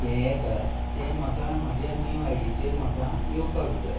हें येता तें म्हाका म्हाज्या न्यू आयडीचेर म्हाका येवपाक जाय